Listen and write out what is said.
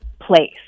place